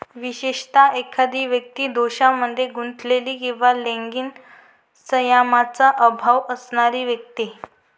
विशेषतः, एखादी व्यक्ती दोषांमध्ये गुंतलेली किंवा लैंगिक संयमाचा अभाव असणारी व्यक्ती